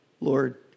Lord